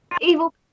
Evil